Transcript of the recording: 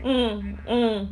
mm mm